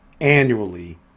annually